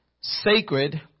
sacred